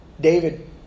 David